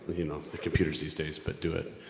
you know, the computers these days. but do it.